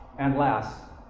and last,